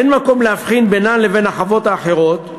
אין מקום להבחין בינן לבין החוות האחרות,